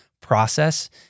process